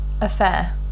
affair